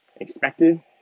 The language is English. expected